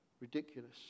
ridiculous